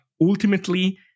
ultimately